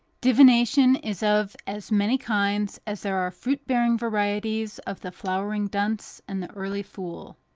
divination is of as many kinds as there are fruit-bearing varieties of the flowering dunce and the early fool.